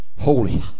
holy